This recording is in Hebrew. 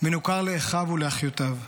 מנוכר לאחיו ולאחיותיו.